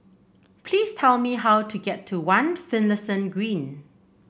please tell me how to get to One Finlayson Green